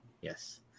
Yes